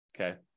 okay